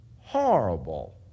Horrible